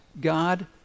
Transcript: God